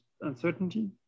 uncertainty